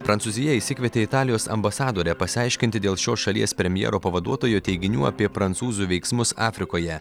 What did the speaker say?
prancūzija išsikvietė italijos ambasadorę pasiaiškinti dėl šios šalies premjero pavaduotojo teiginių apie prancūzų veiksmus afrikoje